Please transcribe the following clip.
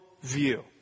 view